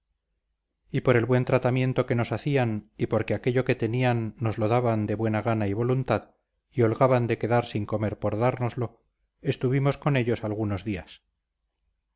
y por el buen tratamiento que nos hacían y porque aquello que tenían nos lo daban de buena gana y voluntad y holgaban de quedar sin comer por dárnoslo estuvimos con ellos algunos días